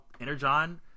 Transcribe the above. Energon